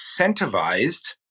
incentivized